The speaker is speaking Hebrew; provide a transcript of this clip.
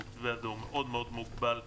המתווה הזה מאוד מאוד מוגבל.